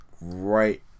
right